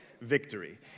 victory